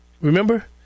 Remember